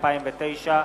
התש"ע 2009,